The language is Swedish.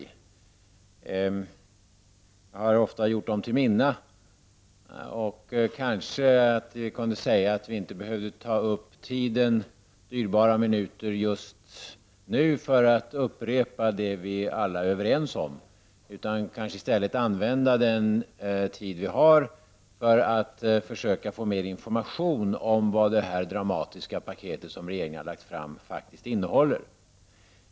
Jag har ofta gjort dem till mina, men kanske borde vi inte uppta våra dyrbara minuter just nu med att upprepa det vi alla är överens om utan i stället använda den tid vi har för att försöka få mer information om vad det dramatiska paket som regeringen lagt fram faktiskt innehåller.